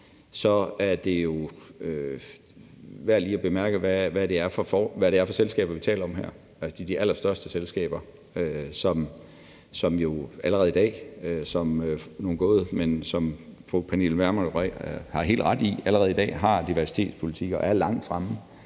er det jo værd lige at bemærke, hvad det er for selskaber, vi taler om her: Det er de allerstørste selskaber, som fru Pernille Vermund – og nu er hun gået – har helt ret i allerede i dag har diversitetspolitikker og er langt fremme,